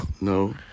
No